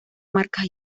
marcas